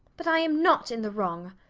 but i am not in the wrong.